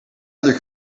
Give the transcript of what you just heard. other